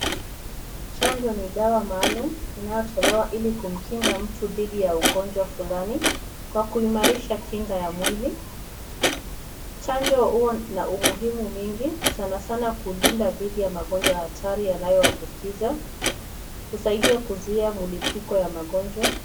Chanjo ni dawa maalum inayotolewa kumkinga mtu dhidi ya ugonjwa fulani kwa kuimarisha kinga ya mwili, chanjo huwa na umuhimu mingi sana sana kulinda dhidi ya magonjwa hatari yanayoambukiza husaidia kuzuia mlipuko wa magonjwa.